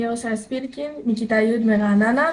אני אור שרה ספירקין מכיתה י' מרעננה,